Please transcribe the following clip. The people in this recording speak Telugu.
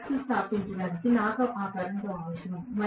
ఫ్లక్స్ను స్థాపించటానికి నాకు ఆ కరెంట్ అవసరం